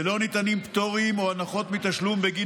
ולא ניתנים פטורים או הנחות מתשלום בגין